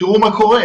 תראו מה קורה?